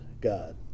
God